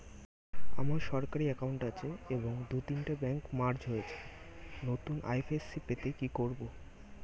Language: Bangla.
আমার সরকারি একাউন্ট আছে এবং দু তিনটে ব্যাংক মার্জ হয়েছে, নতুন আই.এফ.এস.সি পেতে কি করব?